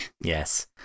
Yes